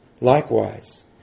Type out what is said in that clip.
Likewise